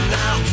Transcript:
now